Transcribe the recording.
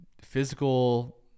physical